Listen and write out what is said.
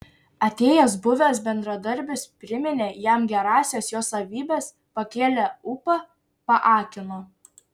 atėjęs buvęs bendradarbis priminė jam gerąsias jo savybes pakėlė ūpą paakino